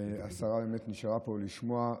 השרה באמת נשארה פה לשמוע.